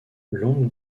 longue